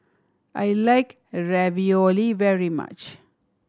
I like Ravioli very much